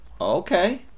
Okay